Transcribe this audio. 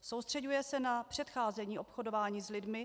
Soustřeďuje se na předcházení obchodování s lidmi.